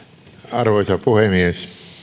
arvoisa puhemies